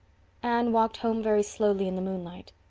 anne walked home very slowly in the moonlight.